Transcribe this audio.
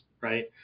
right